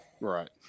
Right